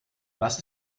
was